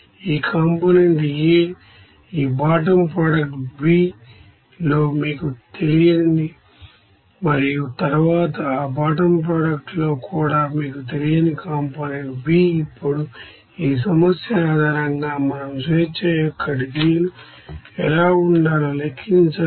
ఈ component A ఈ bottom product B లో మీకు తెలియనిది మరియు తరువాత ఈ బాటమ్ ప్రొడక్ట్ లో కూడా మీకు తెలియని కాంపోనెంట్ B ఇప్పుడు ఈ సమస్య ఆధారంగా మనం డిగ్రీస్ అఫ్ ఫ్రీడమ్ ఎలా ఉండాలో లెక్కించాలి